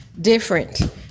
different